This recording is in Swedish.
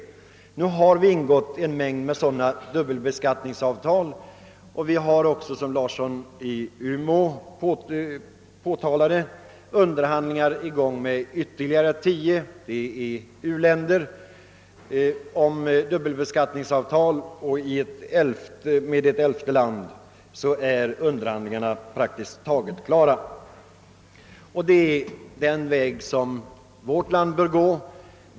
Sverige har ingått en mängd sådana <dubbelbeskattningsavtal, och som herr Larsson i Umeå redan påpekat pågår underhandlingar med ytterligare tio länder — samtliga u-länder — om dubbelbeskattningsavtal. Underhandlingarna med ett elfte land är praktiskt taget klara. Detta är alltså den väg som vårt land bör gå.